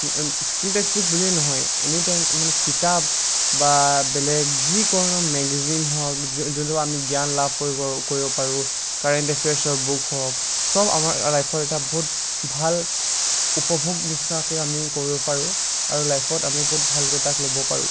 school textbook বুলিয়ে নহয় anytime আমি কিতাপ বা বেলেগ যিকোনো মেগাজিন হওঁক যোনটো আমি জ্ঞান লাভ কৰিব পাৰোঁ কাৰেণ্ট এফায়াৰ্ছৰ বুক হওঁক সব আমাৰ লাইফৰ এটা বহুত ভাল উপভোগ নিচিনাকৈ আমি কৰিব পাৰোঁ আৰু লইফত আমি বহুত ভালকৈ ল'ব পাৰোঁ